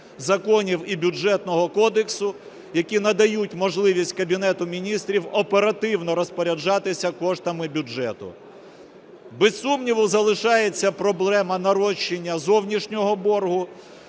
законів і Бюджетного кодексу, які надають можливість Кабінету Міністрів оперативно розпоряджатися коштами бюджету. Без сумніву, залишається проблема нарощення зовнішнього боргу.